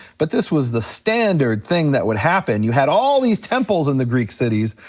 but this was the standard thing that would happen, you had all these temples in the greek cities,